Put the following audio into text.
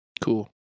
cool